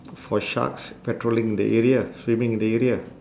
for sharks patrolling the area swimming in the area